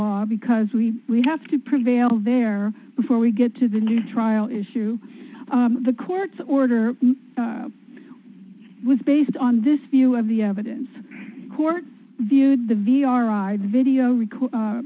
law because we we have to prevail there before we get to the new trial issue the court's order was based on this view of the evidence court viewed the v r r video record